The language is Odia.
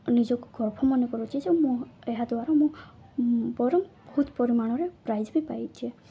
ନିଜକୁ ଗର୍ବ ମନେ କରୁଛେ ଯେ ମୁଁ ଏହାଦ୍ୱାରା ମୁଁ ବହୁତ ପରିମାଣରେ ପ୍ରାଇଜ୍ ବି ପାଇଛି